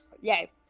Yay